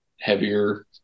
heavier